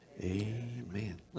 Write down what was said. amen